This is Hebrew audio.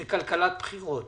זה כלכלת בחירות.